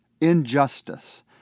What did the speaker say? injustice